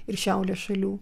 ir šiaurės šalių